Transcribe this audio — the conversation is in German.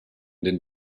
den